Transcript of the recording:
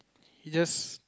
you just